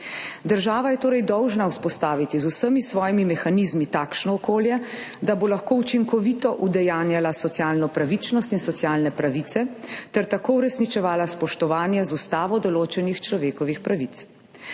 Država je torej dolžna vzpostaviti z vsemi svojimi mehanizmi takšno okolje, da bo lahko učinkovito udejanjala socialno pravičnost in socialne pravice ter tako uresničevala spoštovanje z ustavo določenih človekovih pravic.